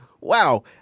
Wow